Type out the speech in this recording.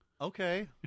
Okay